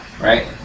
right